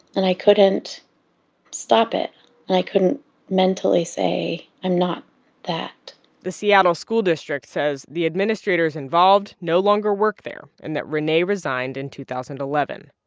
and i couldn't stop it. and i couldn't mentally say, i'm not that the seattle school district says the administrators involved no longer work there and that rene resigned in two thousand and eleven.